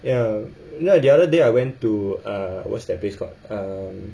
ya the other day I went to err what's that place called err